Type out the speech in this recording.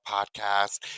Podcast